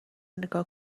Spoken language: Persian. نیگا